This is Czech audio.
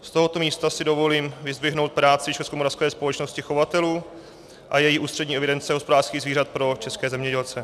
Z tohoto místa si dovolím vyzdvihnout práci Českomoravské společnosti chovatelů a její Ústřední evidence hospodářských zvířat pro české zemědělce.